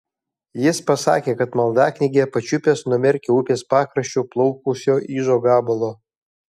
jis pasakė kad maldaknygę pačiupęs nuo merkio upės pakraščiu plaukusio ižo gabalo